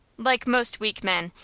like most weak men,